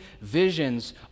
visions